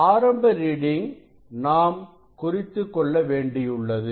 ஆரம்ப ரீடிங் நாம் குறித்துக் கொள்ள வேண்டியுள்ளது